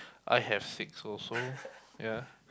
I have six also ya